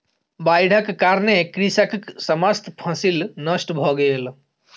बाइढ़क कारणेँ कृषकक समस्त फसिल नष्ट भ गेल